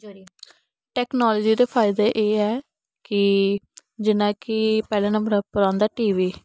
technology दे फायदे एह् ऐ की जि'यां कि पैह्लै नंबरे पर आंदा टी वी